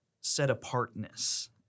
set-apartness